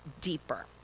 deeper